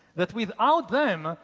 that without them,